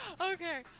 okay